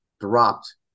dropped